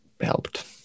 helped